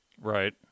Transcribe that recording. right